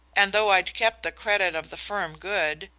and though i'd kept the credit of the firm good,